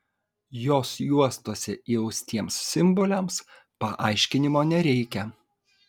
jos juostose įaustiems simboliams paaiškinimo nereikia